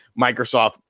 Microsoft